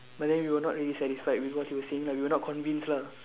but then we were not really satisfied because he was saying like we were not convinced lah